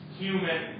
human